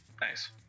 Nice